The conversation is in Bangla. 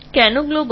কেন গ্লোবাল